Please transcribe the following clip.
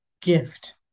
gift